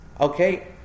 Okay